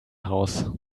heraus